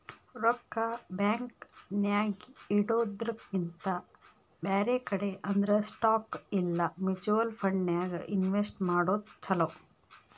ರೊಕ್ಕಾ ಬ್ಯಾಂಕ್ ನ್ಯಾಗಿಡೊದ್ರಕಿಂತಾ ಬ್ಯಾರೆ ಕಡೆ ಅಂದ್ರ ಸ್ಟಾಕ್ ಇಲಾ ಮ್ಯುಚುವಲ್ ಫಂಡನ್ಯಾಗ್ ಇನ್ವೆಸ್ಟ್ ಮಾಡೊದ್ ಛಲೊ